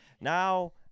Now